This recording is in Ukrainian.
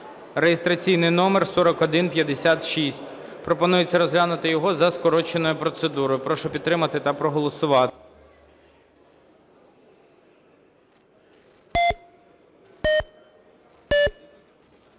(реєстраційний номер 4156). Пропонується розглянути його за скороченою процедурою. Прошу підтримати та проголосувати.